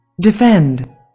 DEFEND